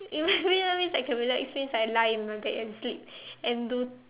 in my free time means I can relax means I lie in my bed and sleep and do